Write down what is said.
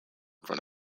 front